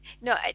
No